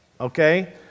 Okay